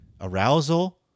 arousal